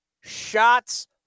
Shots